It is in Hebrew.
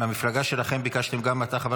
מהמפלגה שלכם ביקשתם גם אתה,